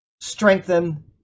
strengthen